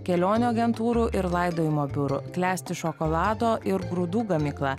kelionių agentūrų ir laidojimo biurų klesti šokolado ir grūdų gamykla